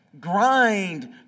grind